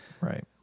Right